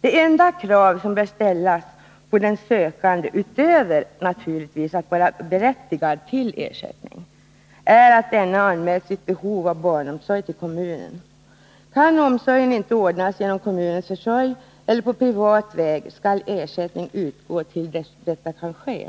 Det enda krav som bör ställas på sökanden, utöver — naturligtvis — kravet att sökanden skall vara berättigad till ersättning, är att denne anmält sitt behov av barnomsorg till kommunen. Kan omsorgen inte ordnas genom kommunens försorg eller på privat väg skall ersättning utgå till dess att detta kan ske.